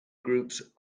groups